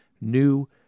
new